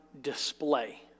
display